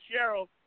Cheryl